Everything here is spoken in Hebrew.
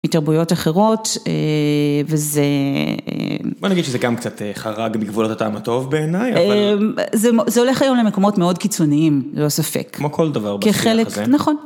מתרבויות אחרות, וזה... בוא נגיד שזה גם קצת חרג מגבולת הטעם הטוב בעיניי, אממ... זה הולך היום למקומות מאוד קיצוניים, ללא ספק. כמו כל דבר בשיח הזה. נכון